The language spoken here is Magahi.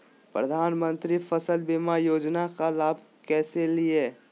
प्रधानमंत्री फसल बीमा योजना का लाभ कैसे लिये?